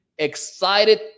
excited